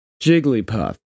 Jigglypuff